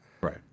Right